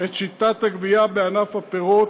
את שיטת הגבייה בענף הפירות,